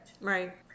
Right